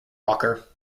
walker